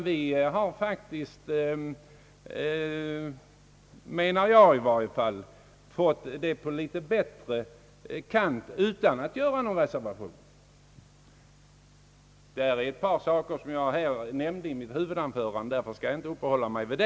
Vi har i en del fall fått det hela på litet bättre kant utan att behöva göra någon reservation. Det gäller ett par saker som jag nämnde i mitt huvudanförande och som jag därför inte nu skall uppehålla mig vid.